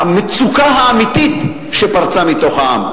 מהמצוקה האמיתית שפרצה מתוך העם.